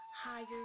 higher